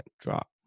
drop